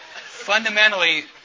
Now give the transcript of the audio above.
Fundamentally